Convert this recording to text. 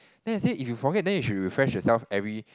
then I said if you forget then you should refresh yourself every